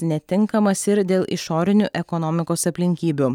netinkamas ir dėl išorinių ekonomikos aplinkybių